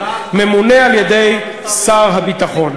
ממונה על-ידי שר הביטחון.